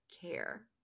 care